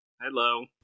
Hello